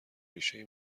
ریشهای